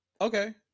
Okay